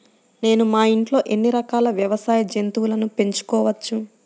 నేను మా ఇంట్లో ఎన్ని రకాల వ్యవసాయ జంతువులను పెంచుకోవచ్చు?